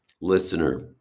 listener